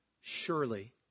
surely